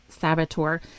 saboteur